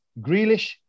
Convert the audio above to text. Grealish